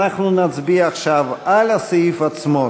אנחנו נצביע עכשיו על הסעיף עצמו,